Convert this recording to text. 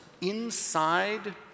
inside